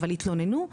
אבל התלוננו,